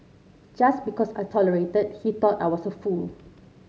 just because I tolerated he thought I was a fool